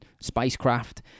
spacecraft